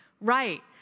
right